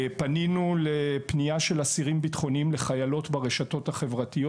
פנינו לפנייה של אסירים ביטחוניים לחיילות ברשתות החברתיות.